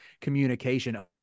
communication